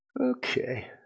Okay